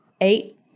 eight